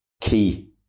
key